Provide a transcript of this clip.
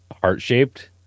heart-shaped